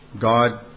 God